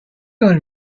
کار